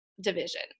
division